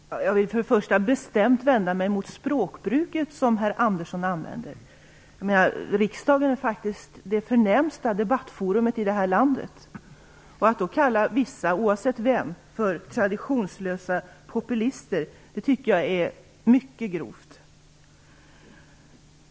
Herr talman! Jag vill för det första bestämt vända mig mot språkbruket som herr Andersson använder. Riksdagen är faktiskt det förnämsta debattforumet i det här landet. Att kalla vissa, oavsett vem, för "traditionslösa opportunister" tycker jag är mycket grovt.